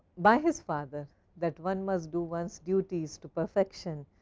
by his father that one must do one's duties to perfection.